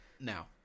now